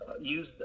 use